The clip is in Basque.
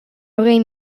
hogei